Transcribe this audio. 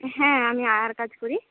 হ্যাঁ আমি আয়ার কাজ করি